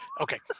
Okay